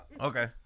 Okay